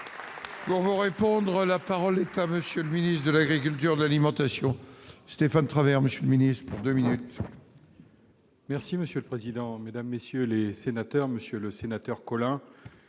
Bonjour, répondre, la parole est à monsieur le ministre de l'agriculture, de l'alimentation Stéphane Travert, Monsieur le Ministre, pour 2 minutes. Merci monsieur le président, Mesdames, messieurs les sénateurs, monsieur le sénateur Colin